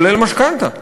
כולל משכנתה,